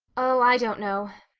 oh, i don't know.